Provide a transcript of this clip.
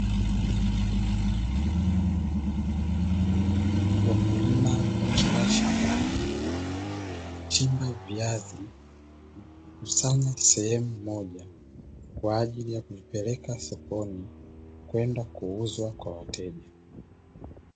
Wakulima wakiwa shambani wakichimba viazi na kuvikusanya sehemu moja, kwa ajili ya kuvipeleka sokoni kwenda kuuzwa kwa wateja.